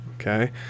Okay